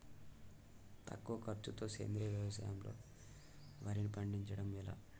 తక్కువ ఖర్చుతో సేంద్రీయ వ్యవసాయంలో వారిని పండించడం ఎలా?